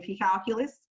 calculus